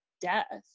death